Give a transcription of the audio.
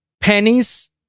pennies